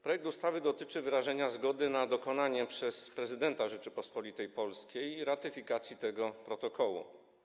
Projekt ustawy dotyczy wyrażenia zgody na dokonanie przez prezydenta Rzeczypospolitej Polskiej ratyfikacji tego protokołu.